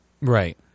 Right